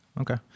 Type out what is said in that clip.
okay